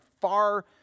far